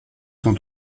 sont